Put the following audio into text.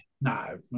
No